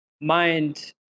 mind